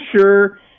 sure